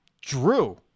Drew